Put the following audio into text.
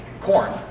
corn